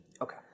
Okay